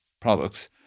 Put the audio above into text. products